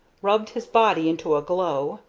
rubbed his body into a glow,